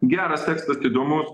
geras tekstas įdomus